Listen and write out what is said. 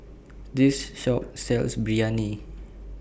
This Shop sells Biryani